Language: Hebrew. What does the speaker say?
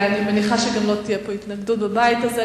אני מניחה שגם לא תהיה התנגדות בבית הזה.